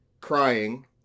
crying